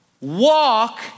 walk